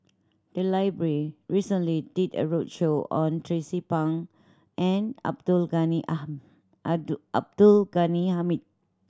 the library recently did a roadshow on Tracie Pang and Abdul Ghani Abdul Ghani Hamid